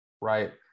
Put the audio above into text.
right